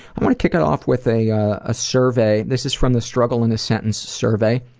i want to kick it off with a ah a survey, this is from the struggle in a sentence survey,